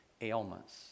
ailments